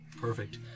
Perfect